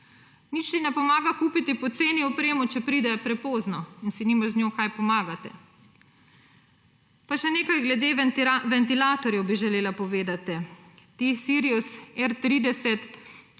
Nič mi ne pomaga kupiti poceni opremo, če pride prepozno in si nimaš z njo kaj pomagati. Pa še nekaj glede ventilatorjev bi želela povedati. Ti Sirius R30,